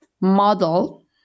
model